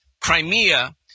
Crimea